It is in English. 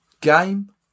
Game